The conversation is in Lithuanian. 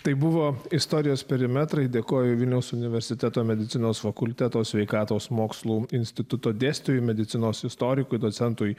tai buvo istorijos perimetrai dėkojo vilniaus universiteto medicinos fakulteto sveikatos mokslų instituto dėstytojui medicinos istorikui docentui